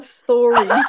story